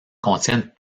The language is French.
contiennent